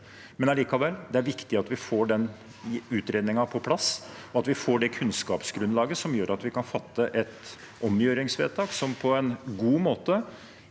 er allikevel viktig at vi får utredningen på plass, og at vi får det kunnskapsgrunnlaget som gjør at vi kan fatte et omgjøringsvedtak som på en god måte